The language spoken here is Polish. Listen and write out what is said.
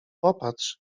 popatrz